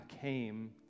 came